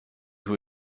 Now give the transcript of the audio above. who